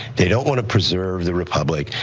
they don't want to preserve the republic.